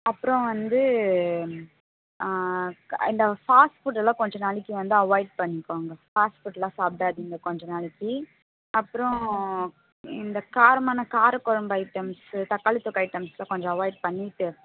அப்புறம் வந்து and fast ஃபுட்டெல்லாம் கொஞ்ச நாளைக்கு வந்து அவாய்ட் பண்ணிக்கோங்க ஃபாஸ்ட் ஃபுட்டெல்லாம் சாப்பிடாதீங்க கொஞ்சம் நாளைக்கு அப்புறம் இந்த காரமான காரக்குழம்பு ஐட்டம்ஸ்ஸு தக்காளி தொக்கு ஐட்டம்ஸ்லாம் கொஞ்சம் அவாய்ட் பண்ணிட்டு